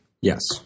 Yes